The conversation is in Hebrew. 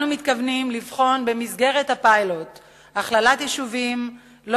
אנו מתכוונים לבחון במסגרת הפיילוט הכללת יישובים לא